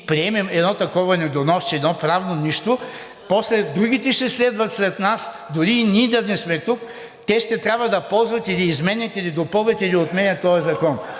приемем едно такова недоносче, едно правно нищо, после другите ще следват след нас дори и ние да не сме тук, те ще трябва да ползват или изменят, или допълват, или отменят този закон.